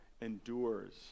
endures